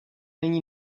není